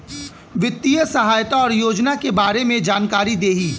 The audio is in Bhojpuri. वित्तीय सहायता और योजना के बारे में जानकारी देही?